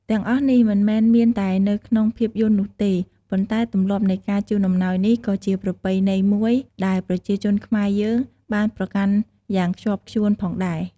ទាំងអស់នេះមិនមែនមានតែនៅក្នុងភាពយន្តនោះទេ ប៉ុន្តែទម្លាប់នៃការជូនអំណោយនេះក៏ជាប្រពៃណីមួយដែលប្រជាជនខ្មែរយើងបានប្រកាន់យ៉ាងខ្ជាប់់ខ្ជួនផងដែរ។